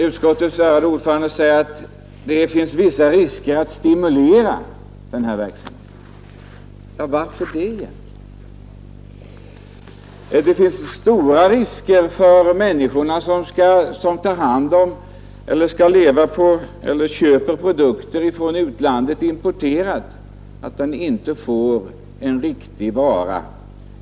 Utskottets ärade ordförande säger att det finns vissa risker att stimulera denna verksamhet. Varför det? Det finns stor risk för att människor som köper produkter från utlandet inte får den riktiga varan.